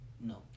No